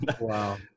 Wow